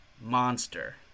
monster